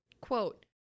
Quote